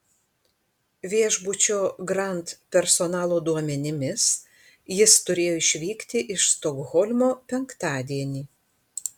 viešbučio grand personalo duomenimis jis turėjo išvykti iš stokholmo penktadienį